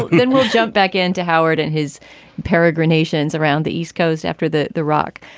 then we'll jump back in to howard and his peregrinations around the east coast after the the rock,